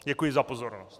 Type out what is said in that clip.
Děkuji za pozornost.